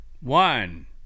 One